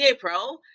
Pro